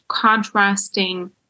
contrasting